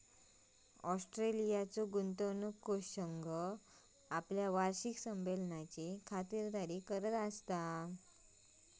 ऑस्ट्रेलियाचो गुंतवणूक कोष संघ आपल्या वार्षिक संमेलनाची खातिरदारी करता